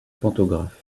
pantographe